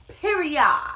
Period